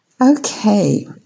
Okay